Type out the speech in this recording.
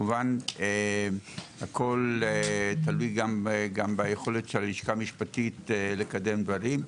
כמובן שהכול תלוי גם ביכולת הלשכה המשפטית לקדם דברים.